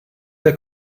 der